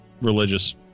religious